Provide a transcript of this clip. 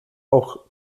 auch